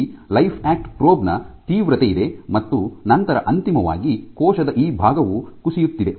ಇಲ್ಲಿ ಲೈಫ್ಯಾಕ್ಟ್ ಪ್ರೋಬ್ ನ ತೀವ್ರತೆಯಿದೆ ಮತ್ತು ನಂತರ ಅಂತಿಮವಾಗಿ ಕೋಶದ ಈ ಭಾಗವು ಕುಸಿಯುತ್ತಿದೆ